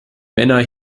männer